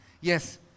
yes